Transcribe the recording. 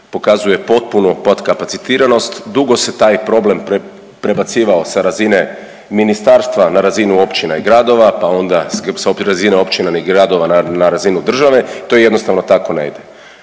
pokazuje potpunu potkapacitiranost. Dugo se taj problem prebacivao sa razine ministarstva na razinu općina i gradova, pa onda sa razine općina ni gradova na razinu države. To jednostavno tako ne ide.